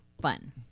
fun